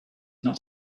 not